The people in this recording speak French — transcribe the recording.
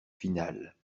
finale